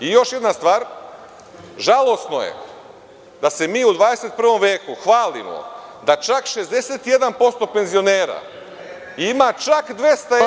Još jedna stvar, žalosno je da se mi u 21. veku hvalimo da čak 61% penzionera ima čak 200 evra…